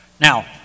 Now